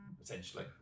Potentially